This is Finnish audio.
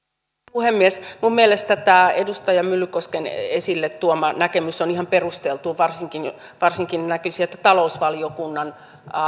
puhemies minun mielestäni tämä edustaja myllykosken esille tuoma näkemys on ihan perusteltu varsinkin näkisin että talousvaliokunnan